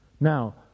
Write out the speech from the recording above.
Now